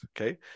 okay